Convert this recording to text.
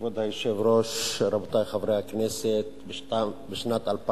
כבוד היושב-ראש, רבותי חברי הכנסת, בשנת 2008